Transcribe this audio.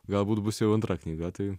galbūt bus jau antra knyga tai